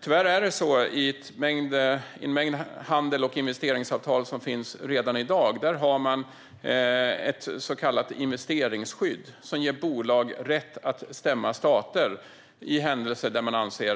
Tyvärr har man i en mängd handels och investeringsavtal som finns redan i dag ett så kallat investeringsskydd. Det ger bolag rätt att stämma stater i händelse